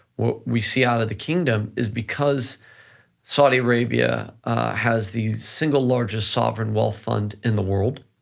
what we see out of the kingdom is because saudi arabia has the single largest sovereign wealth fund in the world,